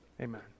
amen